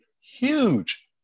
huge